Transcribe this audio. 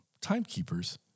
timekeepers